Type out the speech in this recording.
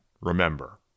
remember